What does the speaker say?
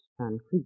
concrete